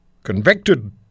Convicted